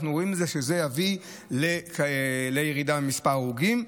ואנחנו רוצים שזה יביא לירידה במספר ההרוגים.